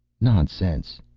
nonsense.